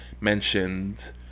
mentioned